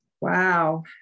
wow